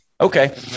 Okay